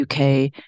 UK